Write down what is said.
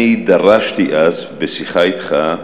אני דרשתי אז בשיחה אתך,